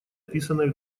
описанной